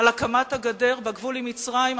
על הקמת הגדר בגבול של מצרים.